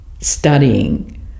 studying